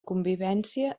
convivència